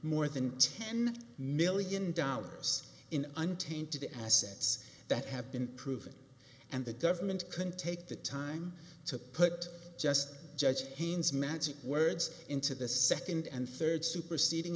more than ten million dollars in untainted assets that have been proven and the government can take the time to put just judge haynes magic words into the second and third superseding